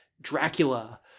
Dracula